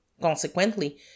Consequently